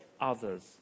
others